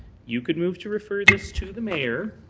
you could move to refer this to the mayor